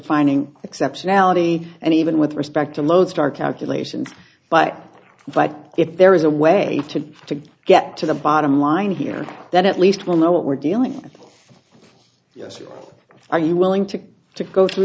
finding exceptionality and even with respect to lodestar calculations but if there is a way to to get to the bottom line here that at least we'll know what we're dealing with yes or are you willing to to go through